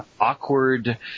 awkward